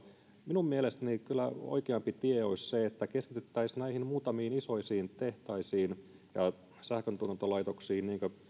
minun mielestäni kyllä oikeampi tie olisi se että keskityttäisiin näihin muutamiin isoihin tehtaisiin ja sähköntuotantolaitoksiin